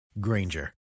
Granger